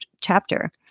chapter